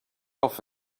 off